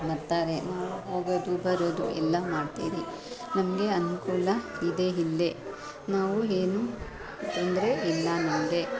ಬರ್ತಾರೆ ನಾವು ಹೋಗೋದು ಬರೋದು ಎಲ್ಲ ಮಾಡ್ತೀವಿ ನಮಗೆ ಅನುಕೂಲ ಇದೆ ಇಲ್ಲೇ ನಾವು ಏನು ತೊಂದರೆ ಇಲ್ಲ ನಮಗೆ